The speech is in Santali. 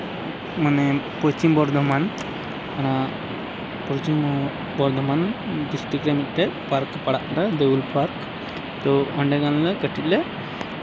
ᱢᱟᱱᱮ ᱯᱚᱪᱷᱤᱢ ᱵᱚᱨᱫᱷᱚᱢᱟᱱ ᱚᱱᱟ ᱯᱚᱪᱷᱤᱢ ᱵᱚᱨᱫᱷᱚᱢᱟᱱ ᱰᱤᱥᱴᱤᱠ ᱨᱮ ᱢᱤᱫᱴᱤᱱ ᱯᱟᱨᱠ ᱯᱟᱲᱟᱜ ᱠᱟᱱᱟ ᱫᱮᱣᱩᱞ ᱯᱟᱨᱠ ᱛᱚ ᱚᱸᱰᱮ ᱜᱟᱱᱞᱮ ᱠᱟᱹᱴᱤᱡ ᱞᱮ